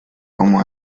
como